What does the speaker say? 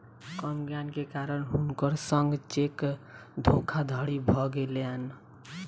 कम ज्ञान के कारण हुनकर संग चेक धोखादड़ी भ गेलैन